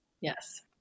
yes